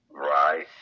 right